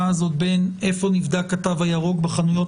הזאת בין היכן נבדק התו הירוק בחנויות